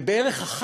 ובערך 1